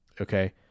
Okay